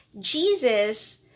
Jesus